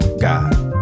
God